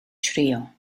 trio